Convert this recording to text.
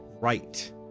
right